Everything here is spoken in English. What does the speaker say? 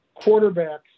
quarterbacks